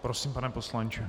Prosím, pane poslanče.